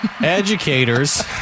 educators